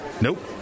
Nope